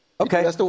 Okay